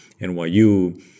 NYU